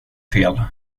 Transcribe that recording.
fel